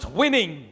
winning